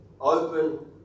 open